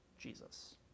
jesus